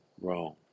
wrong